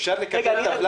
אפשר לקבל טבלה?